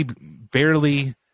barely